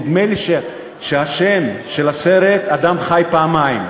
נדמה לי שהשם של הסרט הוא "אתה חי פעמיים".